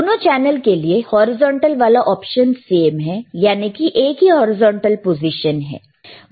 दोनों चैनल के लिए होरिजेंटल वाला ऑप्शन सेम है यानी कि एक ही हॉरिजॉन्टल पोजीशन है